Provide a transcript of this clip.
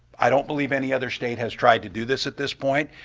i don't believe any other state has tried to do this at this point.